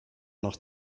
noch